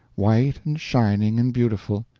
white and shining and beautiful,